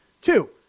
Two